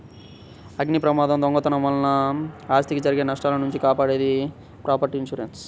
అగ్నిప్రమాదం, దొంగతనం వలన ఆస్తికి జరిగే నష్టాల నుంచి కాపాడేది ప్రాపర్టీ ఇన్సూరెన్స్